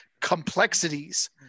complexities